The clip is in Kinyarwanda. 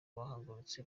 bahagurutse